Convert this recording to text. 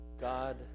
God